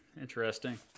Interesting